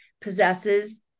possesses